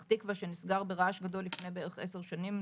תקווה שנסגר ברעש גדול לפני בערך 10 שנים.